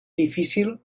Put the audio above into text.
difícil